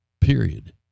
period